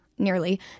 nearly